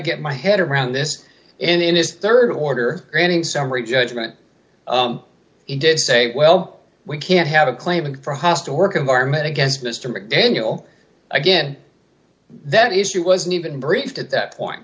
get my head around this in his rd order granting summary judgment he did say well we can't have a claim for hostile work environment against mr mcdaniel again that issue wasn't even briefed at that point